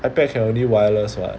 IPad can only wireless [what]